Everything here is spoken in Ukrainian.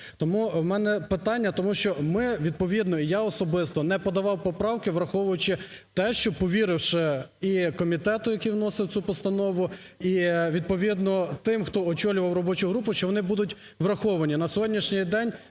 Тому в мене питання. Тому що ми відповідно і я особисто не подавав поправки, враховуючи те, що, повіривши і комітету. який вносив цю постанову, і відповідно тим, хто очолював робочу групу, що вони будуть враховані.